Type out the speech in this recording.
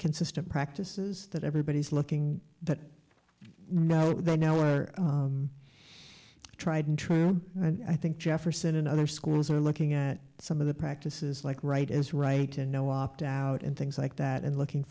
consistent practices that everybody's looking but you know they know are tried and true and i think jefferson and other schools are looking at some of the practices like wright is right and no opt out and things like that and looking